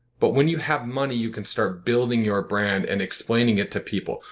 but when you have money, you can start building your brand and explaining it to people.